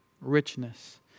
richness